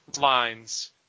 lines